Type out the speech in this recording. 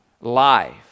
life